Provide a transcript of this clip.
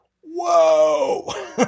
Whoa